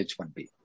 H1B